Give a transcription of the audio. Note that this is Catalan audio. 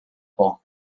por